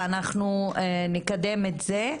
ואנחנו נקדם את זה,